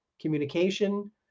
communication